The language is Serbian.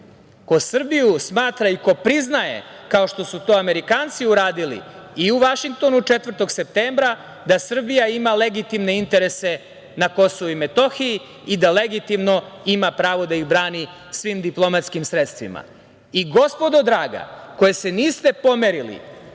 ko Srbiju smatra i ko priznaje, kao što su to Amerikanci uradili i u Vašingtonu 4. septembra, da Srbija ima legitimne interese na Kosovu i Metohiji i da legitimno ima pravo da ih brani svim diplomatskim sredstvima. Gospodo draga koji se niste pomerili